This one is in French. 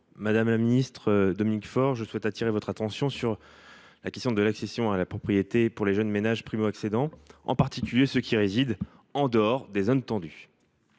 Madame la ministre, j’attire votre attention sur la question de l’accession à la propriété pour les jeunes ménages primo accédants, en particulier ceux qui résident en dehors des zones tendues.